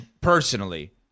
personally